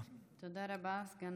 תודה רבה, סגן